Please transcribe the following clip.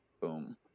boom